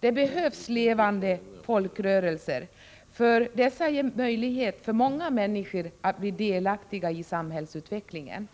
Det behövs levande folkrörelser, ty dessa ger möjlighet för många människor att bli delaktiga i samhällsutvecklingen.